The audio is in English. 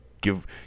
give